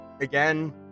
again